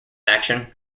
action